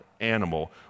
animal